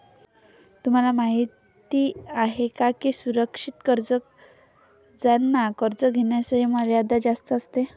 तुम्हाला माहिती आहे का की सुरक्षित कर्जांना कर्ज घेण्याची मर्यादा जास्त असते